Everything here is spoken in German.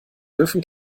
dürfen